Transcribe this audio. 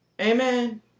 Amen